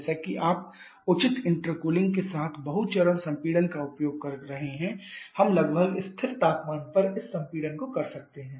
जैसा कि आप उचित इंटरकूलिंग के साथ बहु चरण संपीड़न का उपयोग कर रहे हैं हम लगभग स्थिर तापमान पर इस संपीड़न को कर सकते हैं